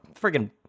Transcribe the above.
friggin